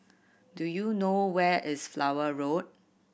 do you know where is Flower Road